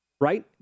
right